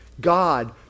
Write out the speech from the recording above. God